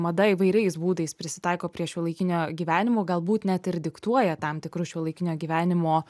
mada įvairiais būdais prisitaiko prie šiuolaikinio gyvenimų galbūt net ir diktuoja tam tikrus šiuolaikinio gyvenimo